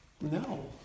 no